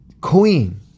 Queen